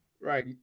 right